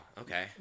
okay